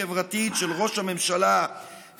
בכל התהליך תינתן תשומת לב ייחודית לדורשי עבודה מרוויחי שכר נמוך,